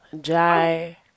Jai